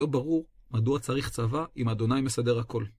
לא ברור מדוע צריך צבא אם אדוניי מסדר הכל.